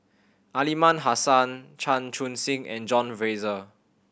Aliman Hassan Chan Chun Sing and John Fraser